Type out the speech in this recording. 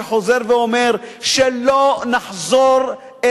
וחוזר ואומר: שלא נחזור,